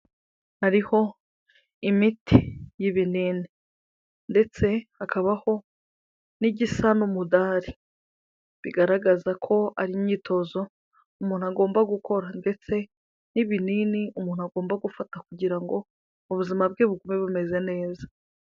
Hariho imiti y'ibinini ndetse hakabaho n'igisa n'umudahari, bigaragaza ko ari imyitozo umuntu agomba gukora ndetse n'ibinini umuntu agomba gufata kugira ngo ubuzima bwe bugume bumeze neza.